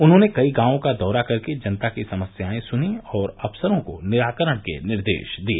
उन्होंने कई गायों का दौरा करके जनता की समस्याएं सुनीं और अफसरों को निराकरण के निर्देश दिए